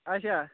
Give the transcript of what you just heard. اَچھا